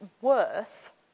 worth